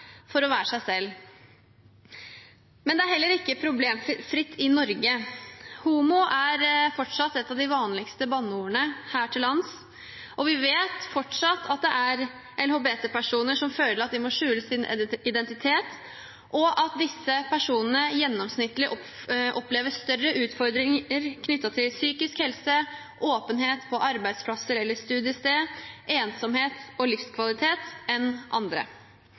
for å være seg selv. Men det er heller ikke problemfritt i Norge. «Homo» er fortsatt et av de vanligste banneordene her til lands, og vi vet at det fortsatt er LHBT-personer som føler at de må skjule sin identitet, og at disse personene gjennomsnittlig opplever større utfordringer knyttet til psykisk helse, åpenhet på arbeidsplass eller studiested, ensomhet og livskvalitet enn andre.